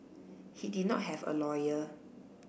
he did not have a lawyer